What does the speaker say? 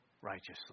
righteously